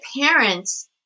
parents